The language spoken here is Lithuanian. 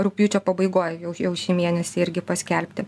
rugpjūčio pabaigoje jau šį mėnesį irgi paskelbti